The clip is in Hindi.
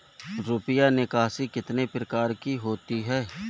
रुपया निकासी कितनी प्रकार की होती है?